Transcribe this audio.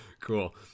Cool